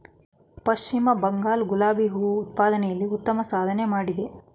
ಪಶ್ಚಿಮ ಬಂಗಾಳ ಗುಲಾಬಿ ಹೂ ಉತ್ಪಾದನೆಯಲ್ಲಿ ಉತ್ತಮ ಸಾಧನೆ ಮಾಡಿದೆ